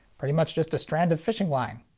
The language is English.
pretty much just a strand of fishing line.